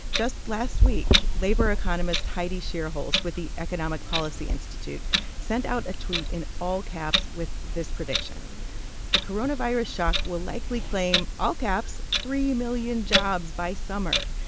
just last week, labor economist heidi shierholz with the economic policy institute sent out a tweet in all caps with this prediction the coronavirus shock will likely claim all caps three million jobs by summer.